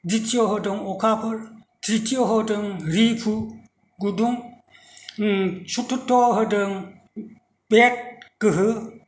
दितिय' होदों अखाफोर त्रिथिय होदों रिफु गुदुं सुतुरथ' होदों बेक गोहो